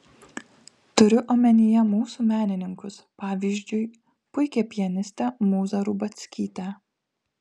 turiu omenyje mūsų menininkus pavyzdžiui puikią pianistę mūzą rubackytę